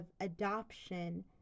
adoption